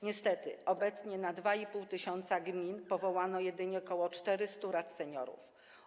Niestety obecnie na 2,5 tys. gmin powołano jedynie ok. 400 rad seniorów.